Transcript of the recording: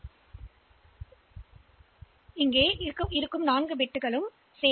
D எண்ணின் 2 இலக்கங்களை 1 பிட்டாக பேக் செய்கிறோம்